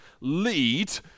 lead